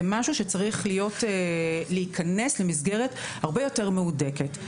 זה משהו שצריך להיכנס למסגרת הרבה יותר מהודקת.